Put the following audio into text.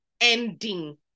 ending